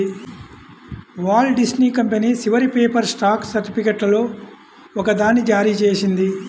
Walt Disney company చివరి paper stock సర్టిఫికేట్లలో ఒకదాన్ని జారీ చేసింది